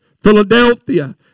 Philadelphia